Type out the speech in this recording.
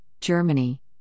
Germany